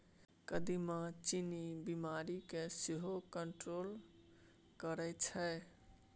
कदीमा चीन्नी बीमारी केँ सेहो कंट्रोल करय छै